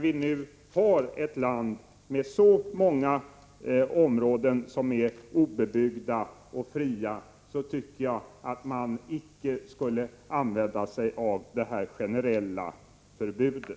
I vårt land där det finns så många områden som är obebyggda och fria tycker jag inte att man skall använda sig av det generella förbudet.